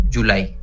July